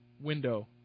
window